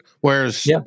Whereas